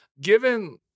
Given